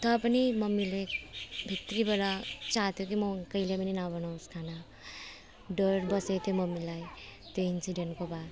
तर पनि मम्मीले भित्रीबाट चाहन्थ्यो कि म कहिले पनि नबनाओस् खाना डर बसेको थियो मम्मीलाई त्यो इन्सिडेन्टको बाद